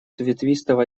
ветвистого